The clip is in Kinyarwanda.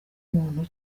muntu